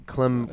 Clem